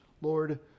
Lord